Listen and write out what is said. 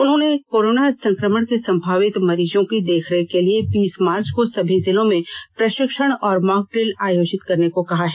उन्होंने कोरोना संक्रमण को संभावितों की देख रेख के लिए बीस मार्च को सभी जिलों में प्रषिक्षण और मॉर्क इिल आयोजित करने को कहा है